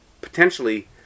potentially